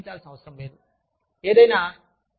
వారు చెల్లించాల్సిన అవసరం లేదు ఏదైనా